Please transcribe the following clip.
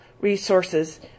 resources